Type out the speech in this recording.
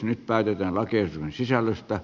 nyt päätetään lakiehdotuksen sisällöstä